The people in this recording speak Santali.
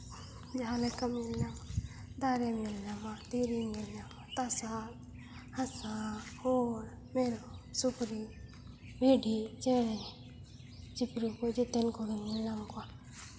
ᱡᱟᱦᱟᱸ ᱞᱮᱠᱟᱢ ᱧᱮᱞ ᱧᱟᱢᱟ ᱫᱟᱨᱮᱢ ᱧᱮᱞ ᱧᱟᱢᱟ ᱫᱷᱤᱨᱤᱢ ᱧᱮᱞ ᱧᱟᱢᱟ ᱛᱟᱥᱟᱫ ᱦᱟᱥᱟ ᱦᱚᱲ ᱢᱮᱨᱚᱢ ᱥᱩᱠᱨᱤ ᱵᱷᱤᱰᱤ ᱪᱮᱬᱮᱼᱪᱤᱯᱨᱩ ᱠᱚ ᱡᱮᱛᱮᱱ ᱠᱚᱜᱮᱢ ᱧᱮᱞ ᱧᱟᱢ ᱠᱚᱣᱟ